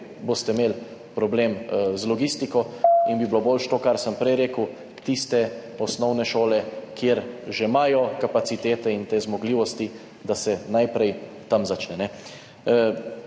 boste imeli problem z logistiko in bi bilo boljše to, kar sem prej rekel, da tiste osnovne šole, kjer že imajo kapacitete in te zmogljivosti, najprej s tem začnejo.